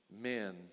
men